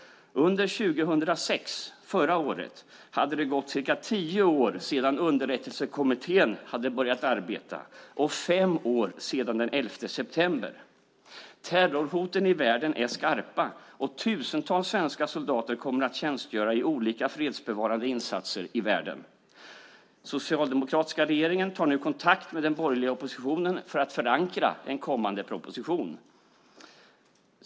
År 2006 - förra året - hade det gått cirka tio år sedan Underrättelsekommittén hade börjat arbeta, och fem år sedan den 11 september 2001. Terrorhoten i världen är skarpa och tusentals svenska soldater kommer att tjänstgöra i olika fredsbevarande insatser i världen. Den socialdemokratiska regeringen tar nu kontakt med den borgerliga oppositionen för att förankra en kommande proposition.